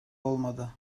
olmadı